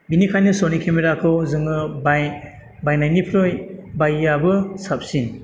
बेनिखायनो सनि केमेराखौ जोङो बाय बायनायनिख्रुइ बायैआबो साबसिन